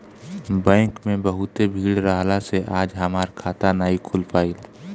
bank में बहुते भीड़ रहला से आज हमार खाता नाइ खुल पाईल